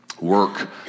Work